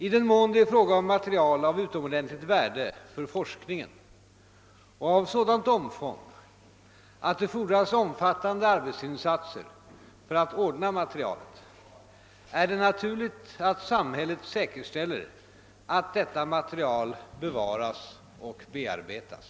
I den mån det är fråga om material av utomordentligt värde för forskningen och av sådant omfång, att det fordras omfattande arbetsinsatser för att ordna materialet, är det naturligt att samhället säkerställer att detta material bevaras och bearbetas.